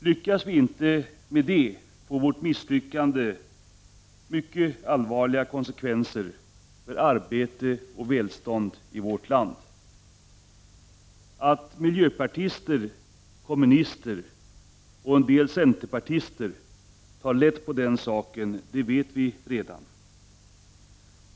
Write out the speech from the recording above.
Lyckas vi inte åstadkomma det, får vårt misslyckande mycket allvarliga konsekvenser för arbete och välstånd i vårt land. Att miljöpartister, kommunister och en del centerpartister tar lätt på den saken vet vi redan.